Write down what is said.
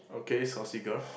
okay saucy girl